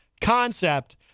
concept